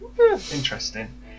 interesting